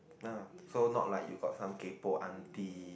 so not like you got some kaypoh auntie